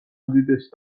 უდიდესი